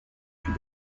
fut